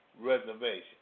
Reservation